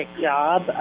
job